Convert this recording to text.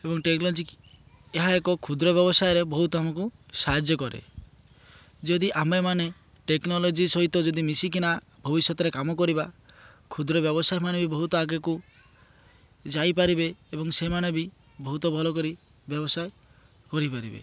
ଏବଂ ଟେକ୍ନୋଲୋଜି ଏହା ଏକ କ୍ଷୁଦ୍ର ବ୍ୟବସାୟରେ ବହୁତ ଆମକୁ ସାହାଯ୍ୟ କରେ ଯଦି ଆମେମାନେ ଟେକ୍ନୋଲୋଜି ସହିତ ଯଦି ମିଶିକିନା ଭବିଷ୍ୟତରେ କାମ କରିବା କ୍ଷୁଦ୍ର ବ୍ୟବସାୟମାନେ ବି ବହୁତ ଆଗକୁ ଯାଇପାରିବେ ଏବଂ ସେମାନେ ବି ବହୁତ ଭଲ କରି ବ୍ୟବସାୟ କରିପାରିବେ